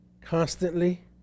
constantly